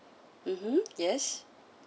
mmhmm yes